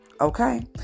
Okay